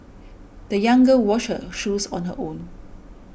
the young girl washed her shoes on her own